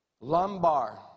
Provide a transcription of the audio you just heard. lumbar